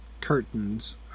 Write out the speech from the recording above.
curtains